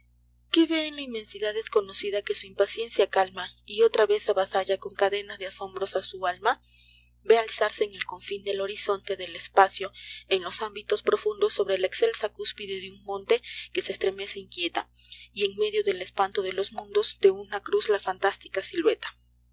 qué vé en la inmensidad desconocida que su impaciencia calma y otra vez avasalla con cadenas de asombros á su alma v é alzarse en el confin del horizonte del espacio en los ámbitos profundos sobre la excelsa cúspide de un monte que se estremece inquieta y en medio del espanto de los mundos de una cruz la fantástica silueta